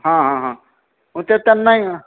हां हां हां हो ते त्यांनाही